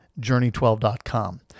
journey12.com